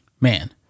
Man